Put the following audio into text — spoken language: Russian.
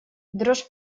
дрожь